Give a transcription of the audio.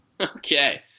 Okay